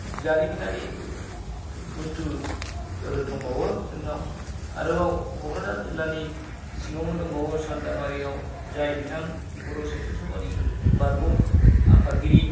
जारिमिनारि बुस्तुफोर दंबावो जोंनाव आरोबाव क'क्राझार जिल्लानि सिङावनो दंबावो सान्दामारियाव जाय बिथां बड' साहित्या सभा नि बारग' आफादगिरि